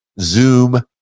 Zoom